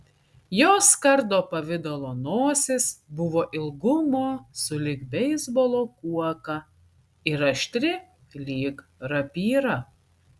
jos kardo pavidalo nosis buvo ilgumo sulig beisbolo kuoka ir aštri lyg rapyra